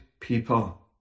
people